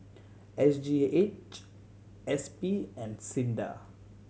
S G H S P and SINDA